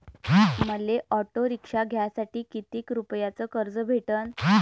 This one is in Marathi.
मले ऑटो रिक्षा घ्यासाठी कितीक रुपयाच कर्ज भेटनं?